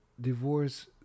Divorce